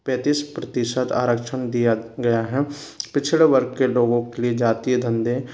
पैंतीस प्रतिशत आरक्षण दिया गया है पिछड़े वर्ग के लोगों के लिये जाति या धंधे